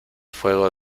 fuego